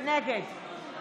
נגד